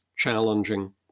Challenging